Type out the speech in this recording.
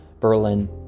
Berlin